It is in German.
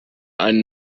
einen